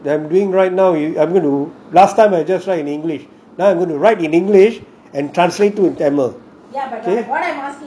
that I'm doing right now you I'm going to last time I'll just write in english now I'm going to write in english and translate to tamil okay